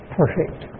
perfect